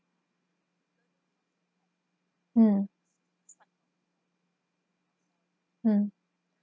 mm mm